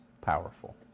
powerful